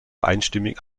einstimmig